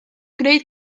gwneud